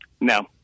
No